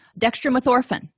Dextromethorphan